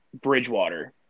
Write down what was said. Bridgewater